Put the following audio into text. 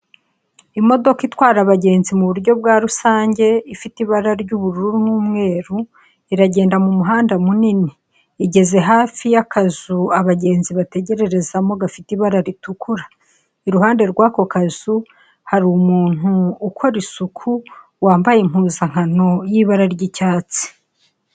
Imodoka itwara abagenzi muburyo bwa rusange, ifite ibara ry'ubururu n'umweru, iragenda mu muhanda munini, igeze hafi y'akazu abagenzi bategerererezamo gafite ibara ritukura, iruhande rw'ako kazu, hari umuntu ukora isuku wambaye impuzankano y'ibara ry'icyatsi.